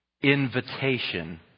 invitation